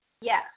Yes